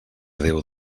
déu